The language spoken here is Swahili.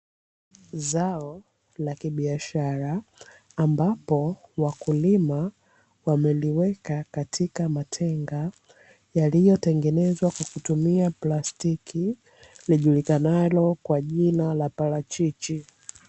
Zao la kibiashara, ambapo wakulima wameliweka katika matenga, yaliyotengenezwa kwa kutumia plastiki yajulikanalo kwa jina la parachichi.